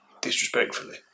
Disrespectfully